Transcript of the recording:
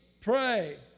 pray